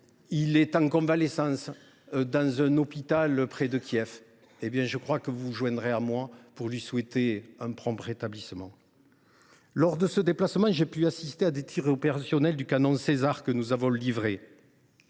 en convalescence dans un hôpital près de Kiev. Je crois que vous vous joindrez à moi, mes chers collègues, pour lui souhaiter un prompt rétablissement. Lors de ce déplacement, j’ai pu assister à des tirs opérationnels du canon Caesar, que nous avons livré